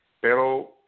pero